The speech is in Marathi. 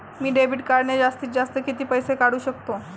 मी डेबिट कार्डने जास्तीत जास्त किती पैसे काढू शकतो?